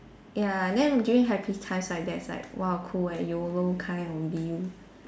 ya then during happy times like that's like !wah! cool like yolo kind only